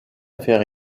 faire